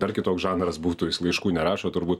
dar kitoks žanras būtų jis laiškų nerašo turbūt